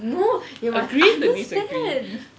no you must understand